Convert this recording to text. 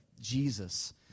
Jesus